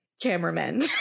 cameramen